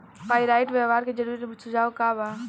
Pyrite व्यवहार के जरूरी सुझाव का वा?